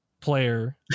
player